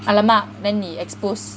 !alamak! then 你 exposed